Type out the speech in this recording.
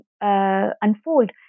unfold